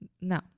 No